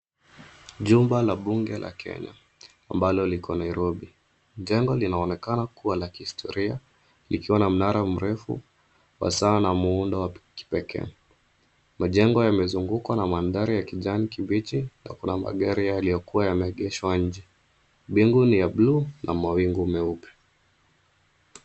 Jumba la bunge la Kenya ambalo liko Nairobi. Jengo linaonekana kuwa la kihistoria likiwa na mnara mrefu wa saa na muundo wa kipekee. Majengo yamezungukwa na mandhari ya kijani kibichi na kuna magari yaliyokuwa yameegeshwa nje. Mbingu ni ya blue na mawingu meupe.